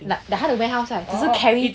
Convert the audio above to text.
like 他的 warehouse 是 like carry